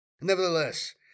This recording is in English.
Nevertheless